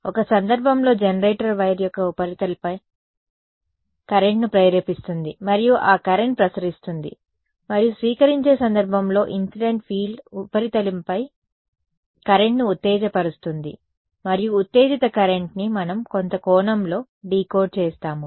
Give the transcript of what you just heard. ఒక సందర్భంలో generator wire యొక్క ఉపరితలంపై కరెంట్ను ప్రేరేపిస్తుంది మరియు ఆ కరెంట్ ప్రసరిస్తుంది మరియు స్వీకరించే సందర్భంలో ఇన్సిడెంట్ ఫీల్డ్ ఉపరితలంపై కరెంట్ను ఉత్తేజపరుస్తుంది మరియు ఉత్తేజిత కరెంట్ని మనం కొంత కోణంలో డీకోడ్ చేస్తాము